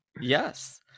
Yes